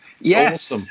yes